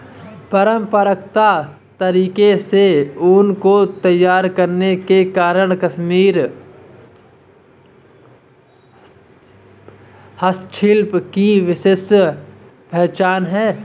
परम्परागत तरीके से ऊन को तैयार करने के कारण कश्मीरी हस्तशिल्प की विशेष पहचान है